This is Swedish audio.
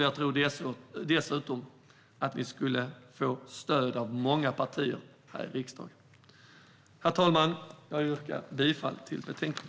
Jag tror dessutom att det skulle få stöd av många partier här i riksdagen. Herr talman! Jag yrkar bifall till förslaget i betänkandet.